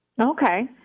Okay